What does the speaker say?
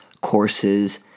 courses